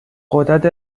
غدد